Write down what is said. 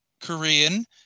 Korean